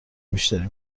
بیشتری